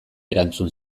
erantzun